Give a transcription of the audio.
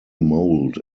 mold